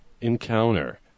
encounter